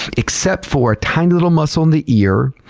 except for a tiny little muscle in the ear,